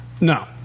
No